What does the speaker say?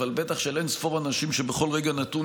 אבל בטח של אין-ספור אנשים שבכל רגע נתון